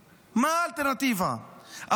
האלטרנטיבה?